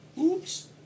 Oops